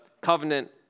covenant